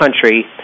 country